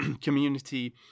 community